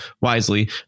wisely